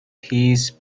his